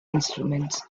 instruments